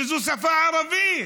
שזאת השפה הערבית,